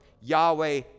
Yahweh